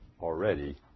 already